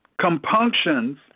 compunctions